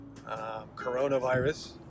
coronavirus